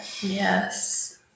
Yes